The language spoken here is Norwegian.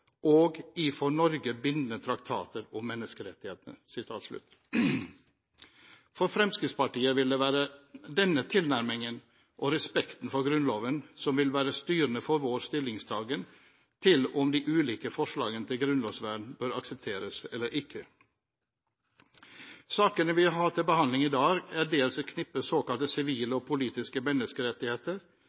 og i for Norge bindende traktater om menneskerettigheter.» For Fremskrittspartiet er det denne tilnærmingen og respekten for Grunnloven som vil være styrende for vår stillingtaken til om de ulike forslagene til grunnlovsvern bør aksepteres eller ikke. Sakene vi har til behandling i dag, er dels et knippe såkalte sivile og politiske menneskerettigheter,